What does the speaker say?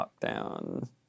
lockdown